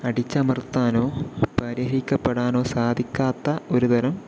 അടിച്ചമർത്താനോ പരിഹരിക്കപ്പെടാനോ സാധിക്കാത്ത ഒരു തരം